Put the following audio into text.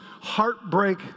heartbreak